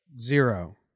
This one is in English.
Zero